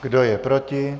Kdo je proti?